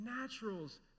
naturals